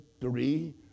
three